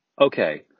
okay